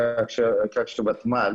הוותמ"ל